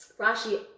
Rashi